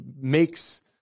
makes